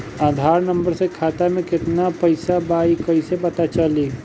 आधार number से खाता में केतना पईसा बा ई क्ईसे पता चलि?